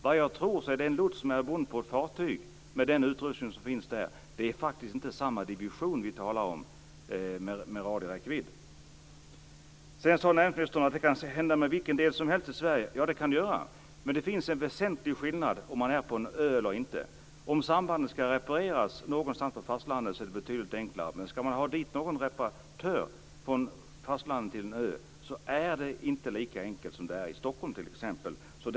Vad jag tror är att det är en lots ombord på ett fartyg med den utrustning som finns där. Det är faktiskt inte samma division vi talar om när det gäller radioräckvidd. Näringsministern sade att ett avbrott kan inträffa i vilken del av Sverige som helst. Det kan det göra, men det finns en väsentlig skillnad om man är på en ö eller inte. Om sambandet ska repareras någonstans på fastlandet är det betydligt enklare. Skulle man ha en reparatör från fastlandet till en ö är det inte lika enkelt som i t.ex. Stockholm.